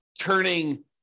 turning